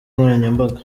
nkoranyambaga